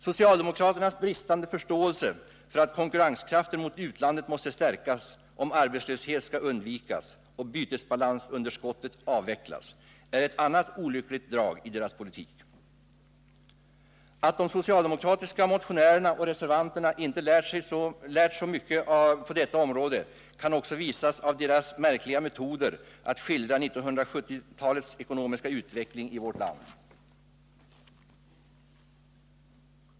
Socialdemokraternas bristande förståelse för att konkurrenskraften mot utlandet måste stärkas om arbetslöshet skall undvikas och bytesbalansunderskott avvecklas, är ett annat olyckligt drag i deras politik. Att de socialdemokratiska motionärerna och reservanterna inte lärt så mycket på detta område kan också visas av deras märkliga metoder att skildra 1970-talets ekonomiska utveckling i vårt land.